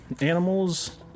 animals